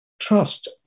Trust